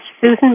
Susan